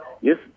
yes